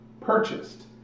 Purchased